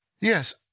Yes